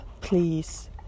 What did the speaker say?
please